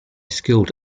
skilled